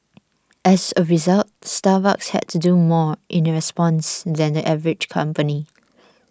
as a result Starbucks had to do more in response than the average company